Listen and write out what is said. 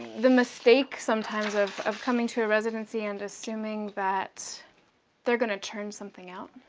the mistake sometimes of of coming to a residency and assuming that they're going to turn something out.